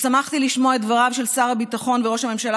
ושמחתי לשמוע את דבריו של שר הביטחון וראש הממשלה